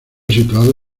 situado